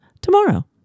tomorrow